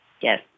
Yes